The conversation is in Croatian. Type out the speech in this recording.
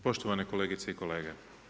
Poštovane kolegice i kolege.